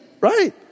right